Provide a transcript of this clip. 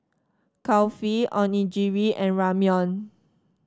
Kulfi Onigiri and Ramyeon